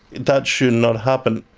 that should not happen.